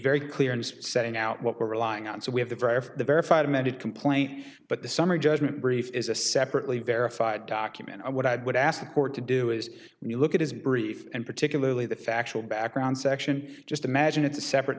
very clear and setting out what we're relying on so we have the verify the verified amended complaint but the summary judgment brief is a separately verified document and what i would ask the court to do is when you look at his brief and particularly the factual background section just imagine it's a separate